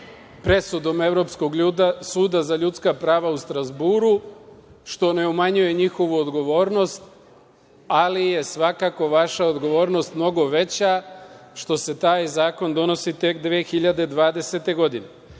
presudom Evropskog suda za ljudska prava u Strazburu, što ne umanjuje njihovu odgovornost, ali je svakako vaša odgovornost mnogo veća što se taj zakon donosi tek 2020.